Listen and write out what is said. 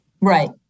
Right